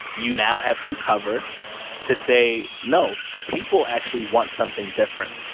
you now have some cover to say no, the people actually want something different.